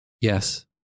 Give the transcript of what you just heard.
Yes